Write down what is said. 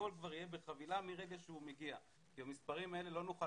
הכול יהיה בחבילה מרגע שהוא מגיע כי במספרים האלה לא נוכל